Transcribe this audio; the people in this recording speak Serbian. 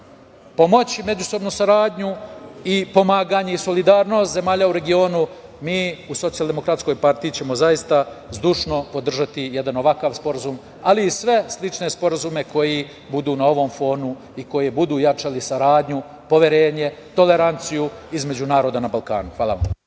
pomoći međusobnu saradnju i pomaganje i solidarnost zemalja u regionu mi u Socijaldemokratskoj partiji ćemo zaista zdušno podržati jedan ovakav sporazum, ali i sve slične sporazume koji budu na ovom fonu i koji budu jačali saradnju, poverenje, toleranciju između naroda na Balkanu. Hvala vam.